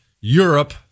Europe